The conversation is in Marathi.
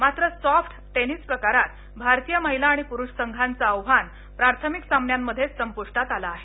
मात्र सोफ्ट टेनिस प्रकारात भारतीय महिला आणि पुरुष संघाचं आव्हान प्राथमिक सामन्यांमध्येच संपुष्टात आलं आहे